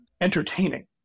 entertaining